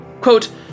Quote